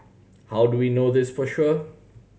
how do we know this for sure